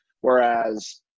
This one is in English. whereas